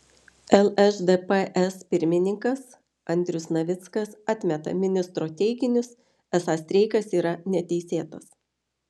lšdps pirmininkas andrius navickas atmeta ministro teiginius esą streikas yra neteisėtas